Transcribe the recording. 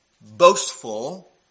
boastful